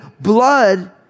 blood